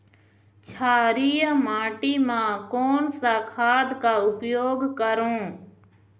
क्षारीय माटी मा कोन सा खाद का उपयोग करों?